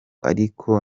ariko